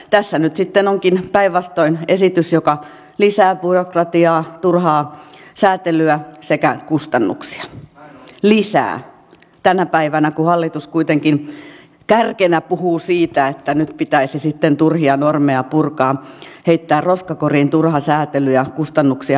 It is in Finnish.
tässä nyt sitten onkin päinvastoin esitys joka lisää byrokratiaa turhaa säätelyä sekä kustannuksia lisää tänä päivänä kun hallitus kuitenkin kärkenä puhuu siitä että nyt pitäisi sitten turhia normeja purkaa heittää roskakoriin turha säätely ja kustannuksia karsia